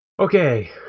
Okay